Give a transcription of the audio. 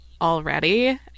already